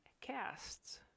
casts